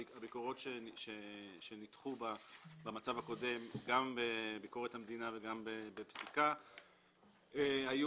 הביקורות שניתכו במצב הקודם גם בביקורת המדינה וגם בפסיקה לא